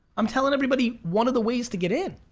i'm telling everybody one of the ways to get in.